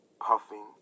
puffing